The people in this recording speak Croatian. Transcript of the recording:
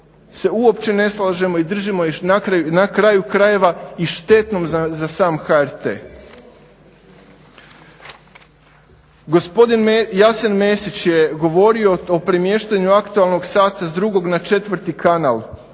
se uopće ne slažemo i držimo ju na kraju krajeva i štetnom za sam HRT. Gospodin Jasen Mesić je govorio o premještanju aktualnog sada s 2. na 4. kanal,